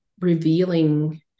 revealing